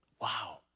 Wow